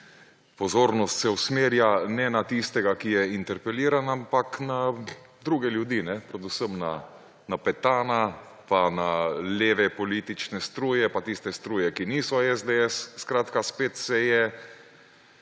Pozornost se usmerja ne na tistega, ki je interpeliran, ampak na druge ljudi, predvsem na Petana, pa na leve politične struje, pa tiste struje, ki niso SDS. Skratka, spet se je